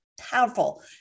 powerful